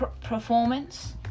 performance